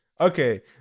Okay